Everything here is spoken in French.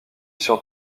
sur